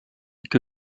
que